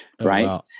Right